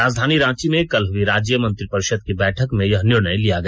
राजधानी रांची में कल हुई राज्य मंत्रिपरिषद की बैठक में यह निर्णय लिया गया